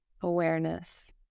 awareness